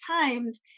times